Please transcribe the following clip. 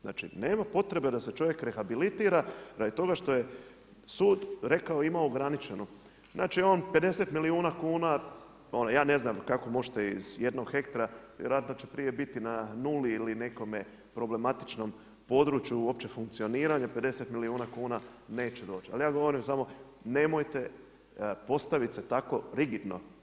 Znači nema potrebe da se čovjek rehabilitira radi toga što je sud rekao ima ograničenu, znali on 50 milijuna kuna, ja ne znam kako možete iz jednog hektara, vjerojatno će prije biti na 0 ili nekom problematičnom području uopće funkcioniranja, 50 milijuna kuna neće doći, ali ja govorim samo, nemojte postavit se tako rigidno.